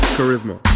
Charisma